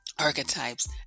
archetypes